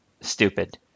stupid